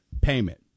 payment